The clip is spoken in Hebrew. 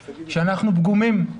היא שאנחנו פגומים,